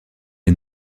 est